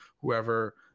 whoever